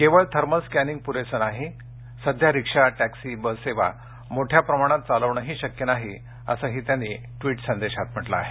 केवळ thermal scanning पुरेसं नाही सध्या रिक्षा टॅक्सी बस सेवा मोठ्या प्रमाणात चालविणेही शक्य नाही असंही त्यांनी ट्विट संदेशात म्हटलं आहे